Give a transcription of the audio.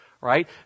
right